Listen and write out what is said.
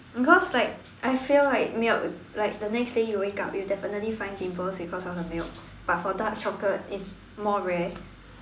because like I feel like milk like the next day you wake up you would definitely find pimples because of the milk but for dark chocolate it's more rare